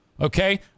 Okay